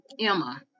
Emma